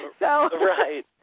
Right